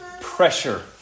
pressure